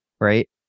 Right